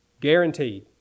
Guaranteed